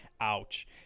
ouch